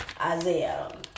Isaiah